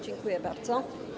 Dziękuję bardzo.